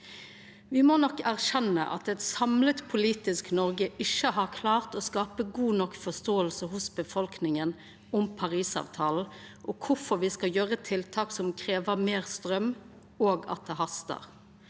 Me må nok erkjenna at eit samla politisk Noreg ikkje har klart å skapa god nok forståing hos befolkninga om Parisavtalen og kvifor me skal gjera tiltak som krev meir straum, og at det hastar.